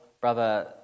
brother